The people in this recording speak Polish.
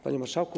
Panie Marszałku!